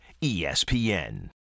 ESPN